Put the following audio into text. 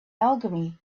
alchemy